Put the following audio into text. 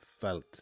felt